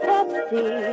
Pepsi